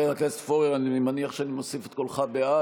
התש"ף 2020, לא נתקבלה.